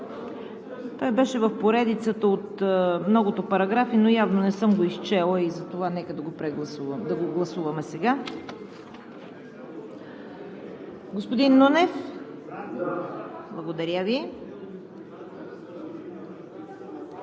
Той беше в поредицата от многото параграфи, но явно не съм го изчела и затова нека да го гласуваме сега. Господин Нунев? ПЛАМЕН